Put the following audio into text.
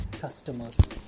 customers